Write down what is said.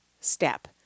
step